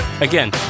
Again